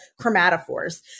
chromatophores